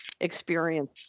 experience